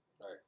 Right